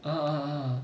uh